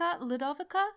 Ludovica